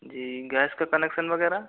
जी gas का connection वगैरह